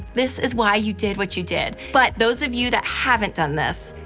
this is why you did what you did. but those of you that haven't done this,